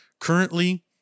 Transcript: currently